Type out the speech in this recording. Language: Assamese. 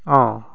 অঁ